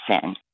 sin